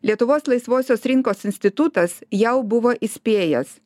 lietuvos laisvosios rinkos institutas jau buvo įspėjęs